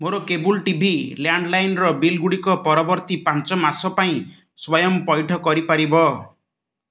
ମୋର cable TV ଏବଂ ଲ୍ୟାଣ୍ଡ୍ଲାଇନ୍ର ବିଲ୍ଗୁଡ଼ିକ ପରବର୍ତ୍ତୀ ପାଞ୍ଚ ମାସ ପାଇଁ ସ୍ଵୟଂ ପଇଠ କରିପାରିବ